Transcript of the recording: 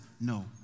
No